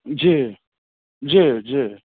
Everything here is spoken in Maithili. जी जी जी